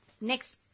next